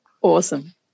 Awesome